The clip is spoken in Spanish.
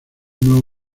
nuevo